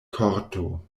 korto